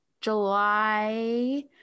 July